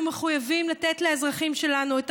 אנחנו מחויבים לתת לאזרחים שלנו את